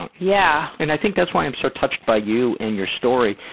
don't. yeah and i think that's why i'm so touched by you and your story.